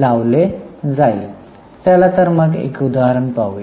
लावले जाईल चला तर मग एक उदाहरण पाहू